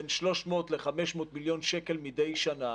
בין 300 ל-500 מיליון שקלים מדי שנה,